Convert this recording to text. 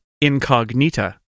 Incognita